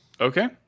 Okay